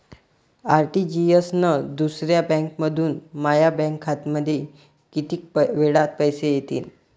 RTGS न दुसऱ्या बँकेमंधून माया बँक खात्यामंधी कितीक वेळातं पैसे येतीनं?